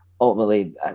Ultimately